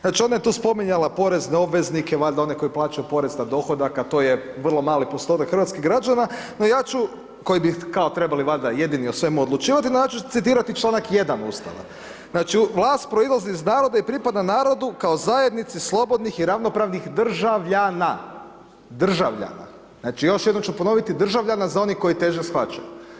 Znači, ona je tu spominjala porezne obveznike, valjda one koji plaćaju porez na dohodak, a to je vrlo mali postotak hrvatskih građana, no ja ću, koji bi kao trebali valjda jedini o svemu odlučivati, ja ću citirati članak 1. Ustava, Vlast proizlazi iz naroda i pripada narodu kao zajednici slobodnih i ravnopravnih državljana>, državljana, znači još jednom ću ponoviti državljana za one koji teže shvaćaju.